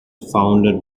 founded